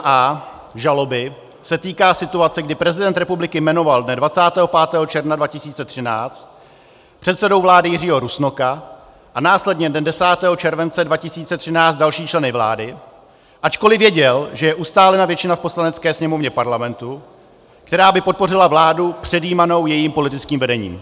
A žaloby se týká situace, kdy prezident republiky jmenoval dne 25. června 2013 předsedou vlády Jiřího Rusnoka a následně dne 10. července 2013 další členy vlády, ačkoliv věděl, že je ustálená většina v Poslanecké sněmovně Parlamentu, která by podpořila vládu předjímanou jejím politickým vedením.